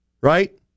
right